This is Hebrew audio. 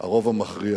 הרוב המכריע